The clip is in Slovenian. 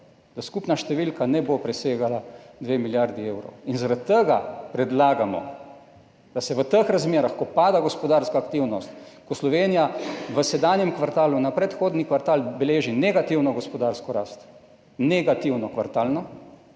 da skupna številka ne bo presegala 2 milijardi evrov. Zaradi tega predlagamo, da se v teh razmerah, ko pada gospodarska aktivnost, ko Slovenija v sedanjem kvartalu na predhodni kvartal beleži negativno kvartalno gospodarsko rast, kar je zelo